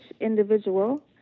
individual